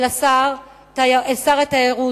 אל שר התיירות,